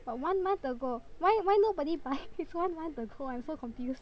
but one month ago why why nobody buy it's one month ago I'm so confused